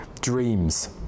dreams